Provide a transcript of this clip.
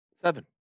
Seven